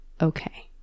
Okay